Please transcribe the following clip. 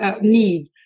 need